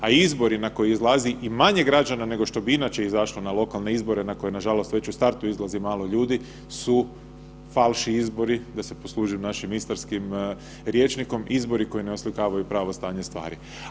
A izbori na koje izlazi i manje građana nego što bi inače izašlo na lokalne izbore na koje nažalost već u startu izlazi malo ljudi su falši izbori, da se poslužim našim istarskim rječnikom, izbori ne oslikavaju pravo stanje stvari.